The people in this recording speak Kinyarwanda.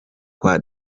kwa